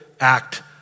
act